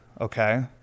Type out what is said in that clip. okay